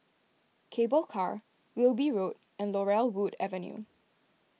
Cable Car Wilby Road and Laurel Wood Avenue